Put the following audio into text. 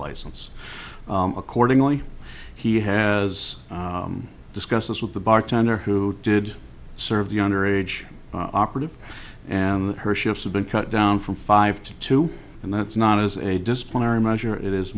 license accordingly he has discussed this with the bartender who did serve the under age operative and that her shifts have been cut down from five to two and that's not as a disciplinary measure it is